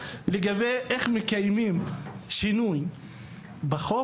לגבי איך מקיימים שינוי בחוק.